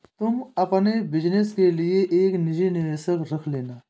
तुम अपने बिज़नस के लिए एक निजी निवेशक रख लेना